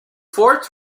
forts